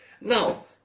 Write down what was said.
now